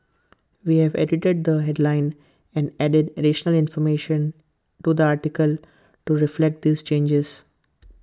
we have edited the headline and added additional information to the article to reflect these changes